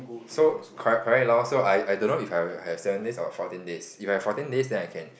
so correct correct lor so I I don't know if I have seven days or fourteen days if I have fourteen days then I can